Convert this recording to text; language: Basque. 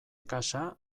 kasa